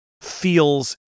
feels